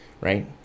right